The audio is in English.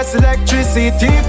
electricity